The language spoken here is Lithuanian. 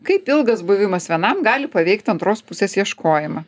kaip ilgas buvimas vienam gali paveikt antros pusės ieškojimą